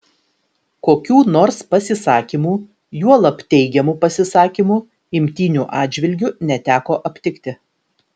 kokių nors pasisakymų juolab teigiamų pasisakymų imtynių atžvilgiu neteko aptikti